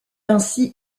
ainsi